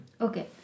Okay